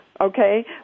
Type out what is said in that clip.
okay